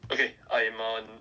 okay I'm on